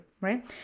right